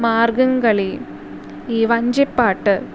മാർഗ്ഗം കളി ഈ വഞ്ചിപ്പാട്ട്